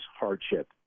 hardship